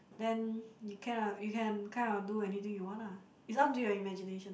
then you can ah you can kind of do anything you want lah it's up to your imagination